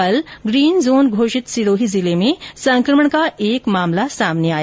कल green zone घोषित सिरोही जिले में संकमण का एक मामला सामने आया